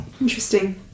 Interesting